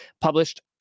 published